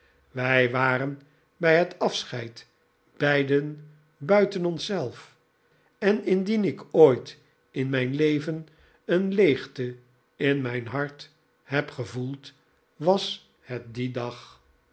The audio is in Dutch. wij waren bij het afscheid beiden buiten ons zelf en indien ik ooit in mijn leven een leegte in mijn hart neb gevoeld was het dien dag